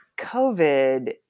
COVID